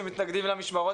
שהם מתנגדים למשמרות,